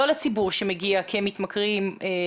לא לציבור שמגיע אליכם,